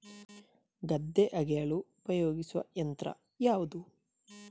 ಗದ್ದೆ ಅಗೆಯಲು ಉಪಯೋಗಿಸುವ ಯಂತ್ರ ಯಾವುದು?